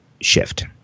shift